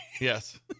Yes